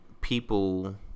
People